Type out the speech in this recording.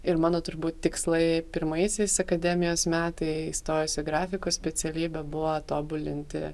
ir mano turbūt tikslai pirmaisiais akademijos metais įstojus į grafikos specialybę buvo tobulinti